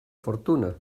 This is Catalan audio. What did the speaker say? fortuna